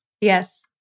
yes